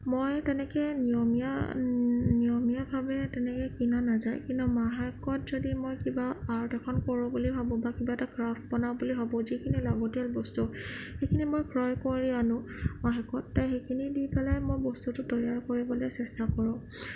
মই তেনেকে নিয়মীয়া নিয়মীয়াভাৱে তেনেকৈ কিনা নাযায় কিন্তু মাহেকত যদি মই কিবা আৰ্ট এখন কৰোঁ বুলি ভাবোঁ বা কিবা এটা ক্ৰাফ্ট বনাওঁ বুলি ভাবোঁ যিখিনি লাগতীয়াল বস্তু সেইখিনি মই ক্ৰয় কৰি আনো সেইখিনি দি পেলাই মই বস্তুটো তৈয়াৰ কৰিবলৈ চেষ্টা কৰোঁ